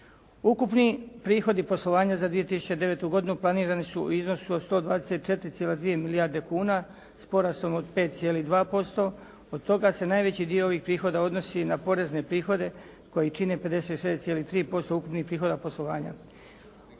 Ukupni prihodi poslovanja za 2009. godinu planirani su u iznosu od 124,2 milijarde kuna s porastom od 5,2% od toga se najveći dio ovih prihoda odnosi na porezne prihode koji čine 56,3% ukupnih prihoda poslovanja.